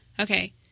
Okay